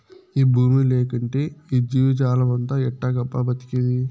ఈ బూమి లేకంటే ఈ జీవజాలమంతా ఎట్టాగబ్బా బతికేది